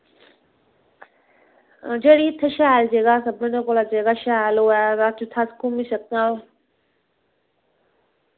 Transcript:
जेह्ड़ी इत्थै शैल जगह् सभनें कोला जगह् शैल होऐ जित्थै अस घूमी सकां